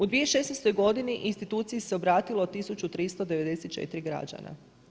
U 2016. godini instituciji se obratilo 1394 građana.